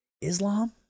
Islam